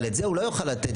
אבל את זה הוא לא יוכל לתת,